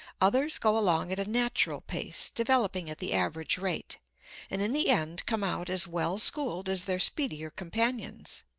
others go along at a natural pace, developing at the average rate, and in the end come out as well schooled as their speedier companions.